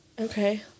Okay